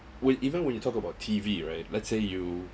when even when you talk about T_V right let's say you